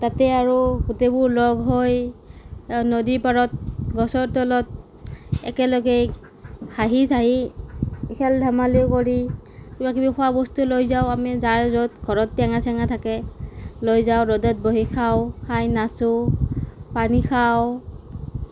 তাতে আৰু গোটেইবোৰ লগ হৈ নদীৰ পাৰত গছৰ তলত একেলগে হাঁহি চাহি খেল ধেমালি কৰি কিবাকিবি খোৱা বস্তু লৈ যাওঁ আমি যাৰ য'ত ঘৰত টেঙা চেঙা থাকে লৈ যাওঁ ৰ'দত বহি খাওঁ খাই নাচোঁ পানী খাওঁ